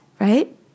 right